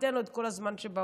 ניתן לו את כל הזמן שבעולם.